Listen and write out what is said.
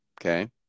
okay